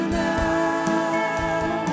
now